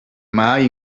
mahai